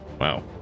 Wow